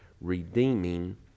redeeming